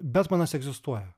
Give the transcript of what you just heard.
betmanas egzistuoja